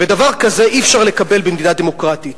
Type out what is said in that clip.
ודבר כזה אי-אפשר לקבל במדינה דמוקרטית.